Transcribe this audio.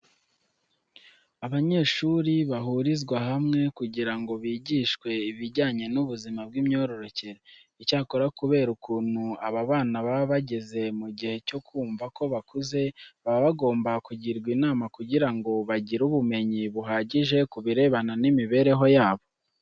Abanyeshuri bahurizwa hamwe kugira ngo bigishwe ibijyanye n'ubuzima bw'imyororokere. Icyakora kubera ukuntu aba bana baba bageze mu gihe cyo kumva ko bakuze, baba bagomba kugirwa inama kugira ngo bagire ubumenyi buhagije ku birebana n'imibereho yabo.